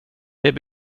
det